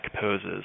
poses